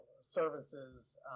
services